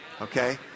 Okay